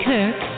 Kirk